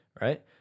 right